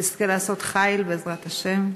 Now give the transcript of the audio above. שתזכה לעשות חיל בעזרת השם.